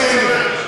סוגיה נוספת,